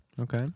Okay